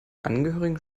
angehörigen